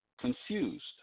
confused